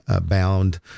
bound